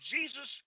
Jesus